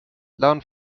lernen